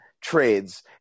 trades